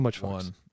one